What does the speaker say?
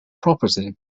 property